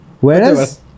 Whereas